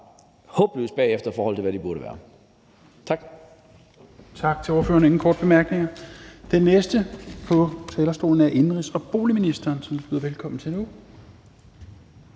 er håbløst bagefter, i forhold til hvad det burde være. Tak.